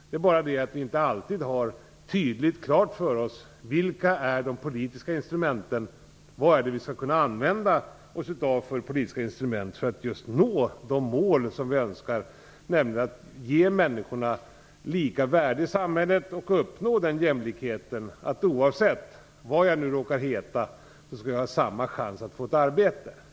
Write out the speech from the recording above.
Det är bara det att vi inte alltid har tydligt klart för oss vilka de politiska instrumenten är och vilka politiska instrument vi skall använda för att nå de mål som vi vill uppnå, nämligen att ge människorna lika värde i samhället. Vi skall sträva efter att uppnå jämlikheten att oavsett vad jag nu råkar heta skall jag ha samma chans att få ett arbete.